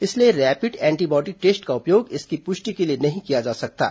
इसलिए rapid antibody test का उपयोग इसकी पुष्टि के लिए नहीं किया जा सकता है